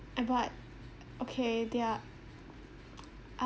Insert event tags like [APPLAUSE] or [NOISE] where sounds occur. uh but okay they're [NOISE]